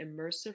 immersive